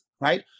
right